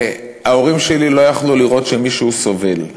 ההורים שלי לא יכלו לראות שמישהו סובל.